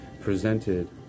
presented